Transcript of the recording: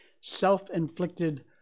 self-inflicted